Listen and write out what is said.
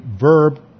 verb